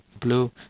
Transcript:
blue